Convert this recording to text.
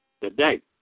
today